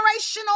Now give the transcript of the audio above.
generational